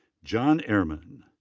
john ehrman.